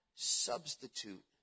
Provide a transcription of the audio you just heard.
substitute